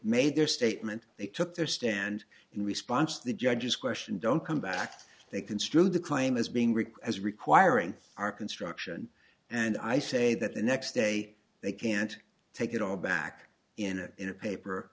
made their statement they took their stand in response to the judge's question don't come back they construe the claim as being requests requiring our construction and i say that the next day they can't take it all back in or in a paper